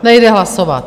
Nejde hlasovat.